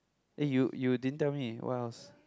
eh you you didn't tell me what else